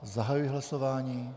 Zahajuji hlasování.